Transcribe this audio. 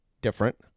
different